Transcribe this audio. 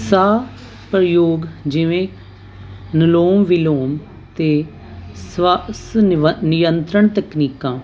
ਸਾਹ ਪ੍ਰਯੋਗ ਜਿਵੇਂ ਨਲੂਮ ਵਿਲੋਮ ਤੇ ਸਵਾਸ ਨਿਯੰਤਰਣ ਤਕਨੀਕਾਂ